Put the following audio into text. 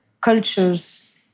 cultures